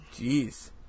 jeez